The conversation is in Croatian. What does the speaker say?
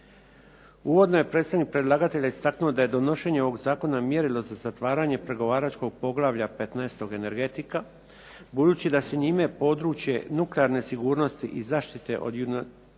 Uvodno je predstavnik predlagatelja istaknuo da je donošenje ovog zakona mjerilo za zatvaranje pregovaračkog poglavlja 15. – Energetika budući da se njime područje nuklearne sigurnosti i zaštite od